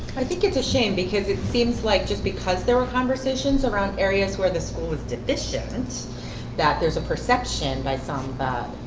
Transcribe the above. i think it's a shame because it seems like just because there were conversations around areas where the school was deficient that there's a perception by some